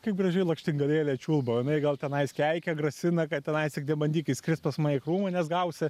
kaip gražiai lakštingalėlė čiulba o jinai gal tenais keikia grasina kad tenais tik nebandyk įskrist pas mane į krūmą nes gausi